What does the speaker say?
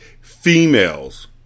females